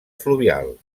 fluvial